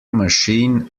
machine